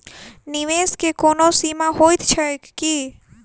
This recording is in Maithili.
निवेश केँ कोनो सीमा होइत छैक की?